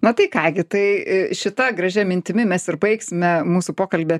na tai ką gi tai šita gražia mintimi mes ir baigsime mūsų pokalbį